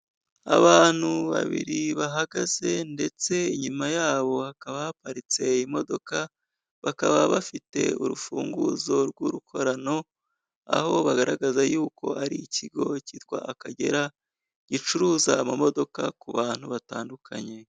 Abantu babiri bahagaze, ndetse inyuma yabo hakaba haparitse imodoka, bakaba bafite urufunguzo rw'urukorano, aho bagaragaza yuko ari ikigo cyitwa Akagera, gicuruza amamodoka ku bantu batandukanye.